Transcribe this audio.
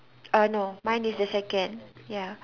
uh no mine is the second ya